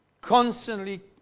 Constantly